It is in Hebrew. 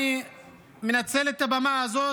אדוני היושב-ראש, אני מנצל את הבמה הזאת